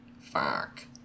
Fuck